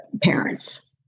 parents